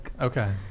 Okay